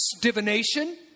divination